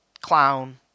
clown